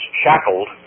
shackled